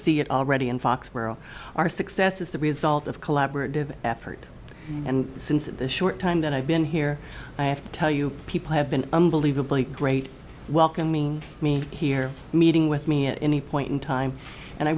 see it already in foxborough our success is the result of collaborative effort and since the short time that i've been here i have to tell you people have been unbelievably great welcoming me here meeting with me at any point in time and i